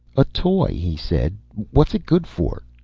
a toy, he said. what is it good for?